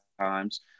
times